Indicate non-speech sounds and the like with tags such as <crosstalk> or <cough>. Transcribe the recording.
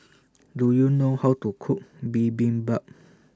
<noise> Do YOU know How to Cook Bibimbap